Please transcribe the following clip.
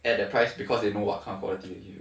at the price because they know what kind of quality with you